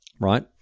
right